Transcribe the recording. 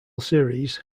series